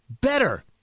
better